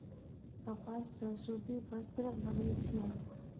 कपास सॅ सूती वस्त्र बनै छै